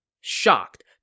Shocked